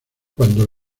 cuando